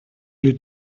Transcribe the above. you